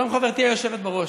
שלום, חברתי היושבת בראש.